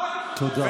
תודה.